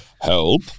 help